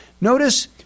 Notice